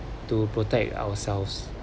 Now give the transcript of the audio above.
to protect ourselves